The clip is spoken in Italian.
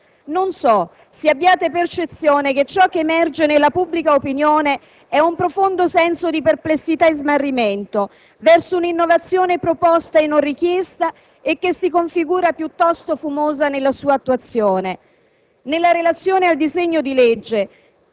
Non so se abbiate percezione che ciò che emerge nella pubblica opinione è un profondo senso di perplessità e smarrimento verso una innovazione proposta e non richiesta e che si configura piuttosto fumosa nella sua attuazione. Nella relazione al disegno di legge